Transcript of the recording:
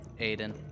Aiden